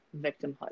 victimhood